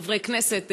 חברי כנסת,